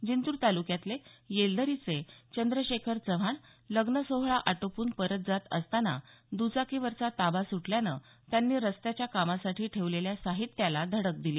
जिंतूर तालुक्यातले येलदरीचे चंद्रशेखर चव्हाण हे लग्नसोहळा आटोपून परत जात असताना द्चाकीवरचा ताबा सुटल्यानं त्यांनी रस्त्याच्या कामासाठी ठेवलेल्या साहित्याला धडक दिली